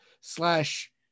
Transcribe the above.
slash